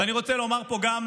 ואני רוצה לומר פה גם